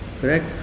Correct